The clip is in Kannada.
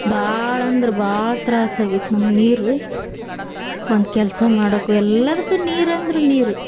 ಭಾಳ ಅಂದ್ರೆ ಭಾಳ ತ್ರಾಸು ಆಗೈತೆ ನಮ್ಮ ನೀರು ಒಂದು ಕೆಲಸ ಮಾಡಕ್ಕೂ ಎಲ್ಲಾದಕ್ಕೂ ನೀರು ಅಂದ್ರೆ ನೀರು